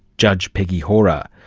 judge peggy hora.